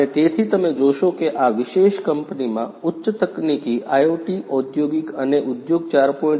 અને તેથી તમે જોશો કે આ વિશેષ કંપનીમાં ઉચ્ચ તકનીકી IoT ઔદ્યોગિક અને ઉદ્યોગ 4